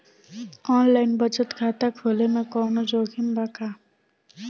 Online बचत खाता खोले में कवनो जोखिम बा का?